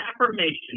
affirmation